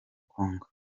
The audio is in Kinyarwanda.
congo